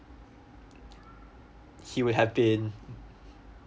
he would have been